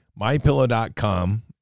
MyPillow.com